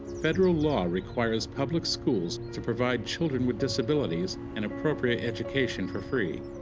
federal law requires public schools to provide children with disabilities an appropriate education for free.